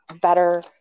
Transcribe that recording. better